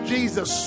Jesus